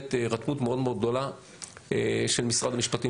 באמת הירתמות מאוד מאוד גדולה של משרד המשפטים.